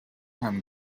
him